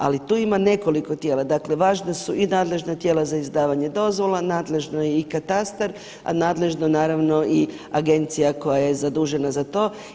Ali tu ima nekoliko tijela, dakle važna su i nadležna tijela za izdavanje dozvola, nadležno je i katastar a nadležno naravno i Agencija koja je zadužena za to.